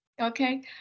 Okay